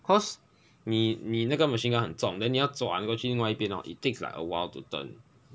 cause 你你那个 machine gun 很重你要转过去另外一边 hor it takes like a while to turn